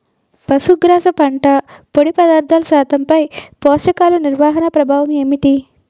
పశుగ్రాస పంట పొడి పదార్థాల శాతంపై పోషకాలు నిర్వహణ ప్రభావం ఏమిటి?